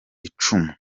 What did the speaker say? icumu